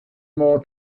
more